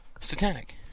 satanic